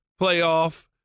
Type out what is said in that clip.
playoff